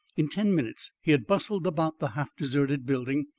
in ten minutes he had bustled about the half-deserted building,